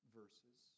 verses